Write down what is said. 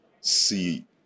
see